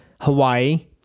Hawaii